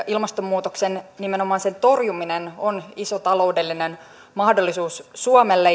ilmastonmuutoksen torjuminen on iso taloudellinen mahdollisuus suomelle